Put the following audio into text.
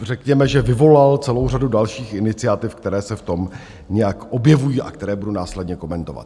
Řekněme, že vyvolal celou řadu dalších iniciativ, které se v tom nějak objevují a které budu následně komentovat.